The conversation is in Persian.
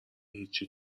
هیچی